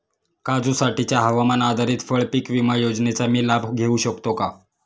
काजूसाठीच्या हवामान आधारित फळपीक विमा योजनेचा मी लाभ घेऊ शकतो का?